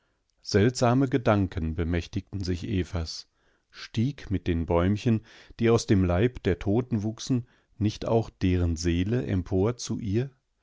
seltsame gedanken bemächtigten sich evas stieg mit den bäumchen die aus dem leib der toten wuchsen nicht auch deren seele empor zu ihr